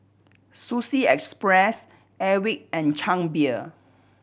Sushi Express Airwick and Chang Beer